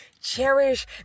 Cherish